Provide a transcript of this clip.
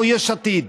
או יש עתיד.